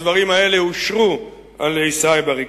הדברים האלה אושרו על-ידי סאיב עריקאת.